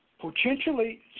Potentially